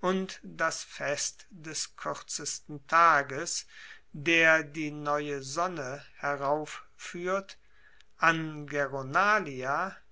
und das fest des kuerzesten tages der die neue sonne herauffuehrt